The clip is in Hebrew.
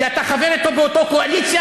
כי אתה חבר אתו באותה קואליציה,